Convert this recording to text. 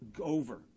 over